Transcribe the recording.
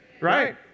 Right